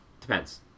depends